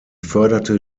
förderte